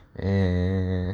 eh